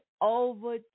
Over